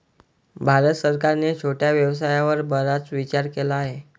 भारत सरकारने छोट्या व्यवसायावर बराच विचार केला आहे